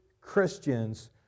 Christians